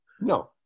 No